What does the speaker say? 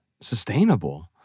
sustainable